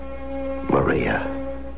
Maria